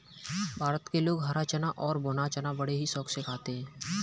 भारत में लोग हरा चना और भुना चना बड़े ही शौक से खाते हैं